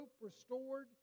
restored